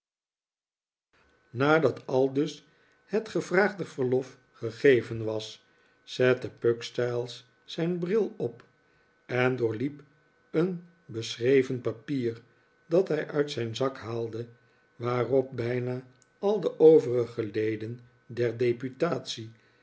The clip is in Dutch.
nadat aldus het gevraagde verlof gegeven was zette pugstyles zijn bril op en doorliep een beschreven papier dat hij uit zijn zak haalde waarop bijna al de overige leden der